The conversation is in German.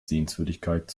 sehenswürdigkeit